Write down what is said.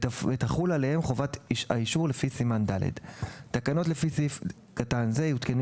ותחול עליהם חובת האישור לפי סימן ד'; תקנות לפי סעיף קטן זה יותקנו